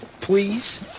Please